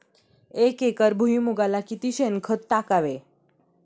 एक एकर भुईमुगाला किती शेणखत टाकावे?